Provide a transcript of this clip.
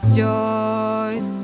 joys